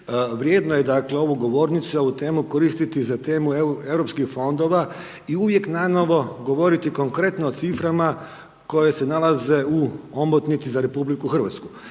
vrijedno je dakle ovu govornicu i ovu temu koristiti za temu EU fondova i uvijek nanovo govoriti konkretno o ciframa koje se nalaze u omotnici za RH. Pa je tako,